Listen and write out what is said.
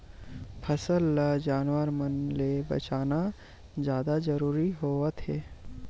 फसल ल जानवर मन ले बचाना जादा जरूरी होवथे